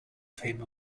fame